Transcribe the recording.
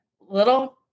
little